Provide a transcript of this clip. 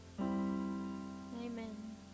Amen